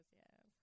yes